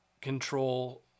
control